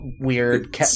weird